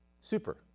Super